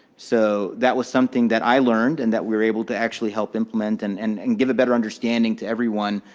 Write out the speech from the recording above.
so, that was something that i learned, and that we're able to actually help implement, and and and give a better understanding to everyone